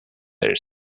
their